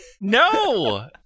No